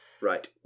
Right